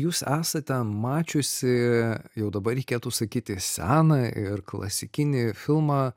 jūs esate mačiusi jau dabar reikėtų sakyti seną ir klasikinį filmą